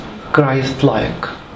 Christ-like